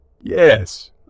Yes